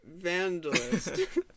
vandalist